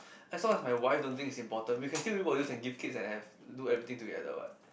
as long as my wife don't think it's important we can still reproduce and give kids and have do everything together what